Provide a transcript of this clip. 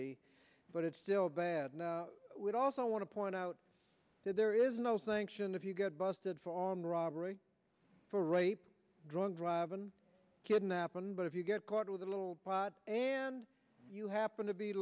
be but it's still bad and we also want to point out that there is no sanction if you get busted for armed robbery for rape drug drive and kidnapping but if you get caught with a little pot and you happen to be